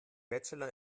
bachelor